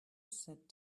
sat